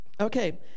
Okay